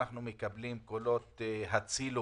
אנחנו מקבלים קולות הצילו